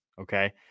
Okay